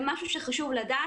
זה משהו שחשוב לדעת.